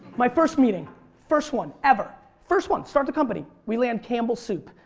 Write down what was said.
my first meeting first one ever first one, start the company we land campbell's soup.